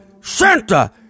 Santa